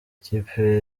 ikipe